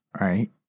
Right